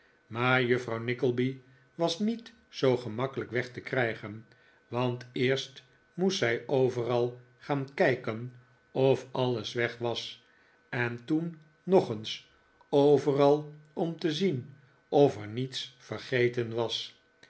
maar juffrouw nickleby was niet zoo gemakkelijk weg te krijgen want eerst moest zij overal gaan kijken of alles weg was en toen nog eens overal om te zien of er niets vergeten was